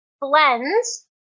blends